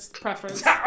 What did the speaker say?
preference